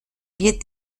wir